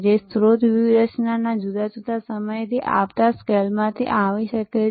જે સ્ત્રોત વ્યૂહરચનાના જુદા જુદા સમયથી આવતા સ્કેલમાંથી આવી શકે છે